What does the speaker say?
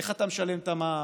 איך אתה משלם את המע"מ,